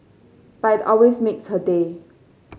but it always makes her day